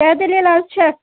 کیٛاہ دٔلیٖل حظ چھَس